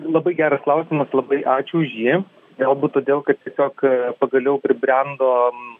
labai geras klausimas labai ačiū už jį galbūt todėl kad tiesiog pagaliau pribrendom